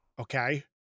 okay